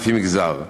לפי מגזר.